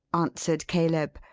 answered caleb.